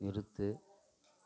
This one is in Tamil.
நிறுத்து